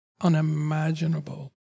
unimaginable